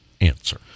answer